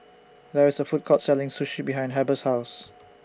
There IS A Food Court Selling Sushi behind Heber's House